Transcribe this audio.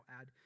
add